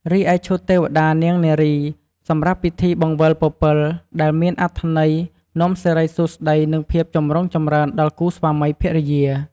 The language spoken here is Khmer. រីឯ ឈុតទេវតានាងនារី សម្រាប់ពិធីបង្វិលពពិល ដែលមានអត្ថន័យនាំសិរីសួស្តី និងភាពចម្រុងចម្រើនដល់គូស្វាមីភរិយា។